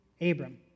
Abram